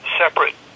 separate